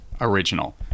Original